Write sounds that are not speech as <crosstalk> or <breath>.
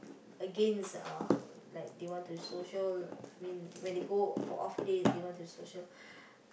against uh like they want to social I mean when they go for off days they want to social <breath>